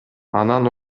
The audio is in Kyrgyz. анан